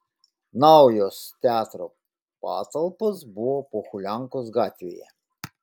naujos teatro patalpos buvo pohuliankos gatvėje